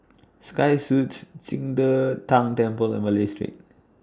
Sky Suites Qing De Tang Temple and Malay Street